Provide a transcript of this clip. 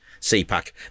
CPAC